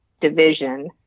division